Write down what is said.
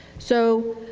so